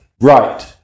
Right